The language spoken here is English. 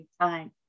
time